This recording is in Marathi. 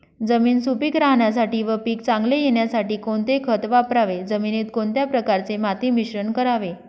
जमीन सुपिक राहण्यासाठी व पीक चांगले येण्यासाठी कोणते खत वापरावे? जमिनीत कोणत्या प्रकारचे माती मिश्रण करावे?